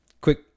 Quick